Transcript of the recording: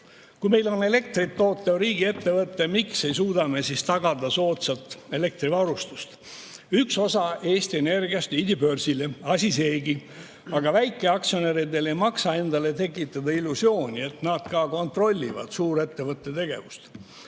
Kui meil on elektrit tootev riigiettevõte, siis miks ei suuda me tagada soodsat elektrivarustust? Üks osa Eesti Energiast viidi börsile. Asi seegi. Aga väikeaktsionäridel ei maksa endale tekitada illusiooni, et nad kontrollivad suurettevõtte tegevust.